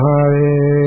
Hare